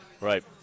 Right